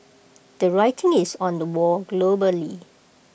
the writing is on the wall globally